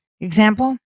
example